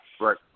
Right